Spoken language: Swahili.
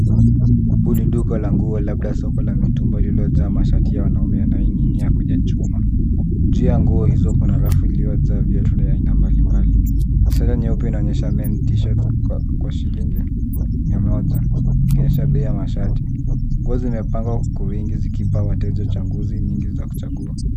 Hili ni duka la nguo labda soko la mitumba lililojaa mashati ya wanaume yanayoning'inia kwenye chuma. Juu ya nguo hizo kuna rafu iliyojaa viatu vya aina mbalimbali. Ishara nyeupe inaonyesha men t-shirts kwa shilingi mia moja ikionyesha bei ya mashati. Nguo zimepangwa kwa wingi zikiwapa wateja chaguzi nyingi za kuchagua.